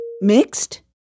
Mixed